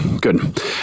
good